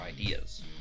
ideas